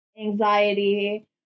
anxiety